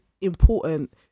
important